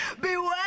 Beware